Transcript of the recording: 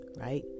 Right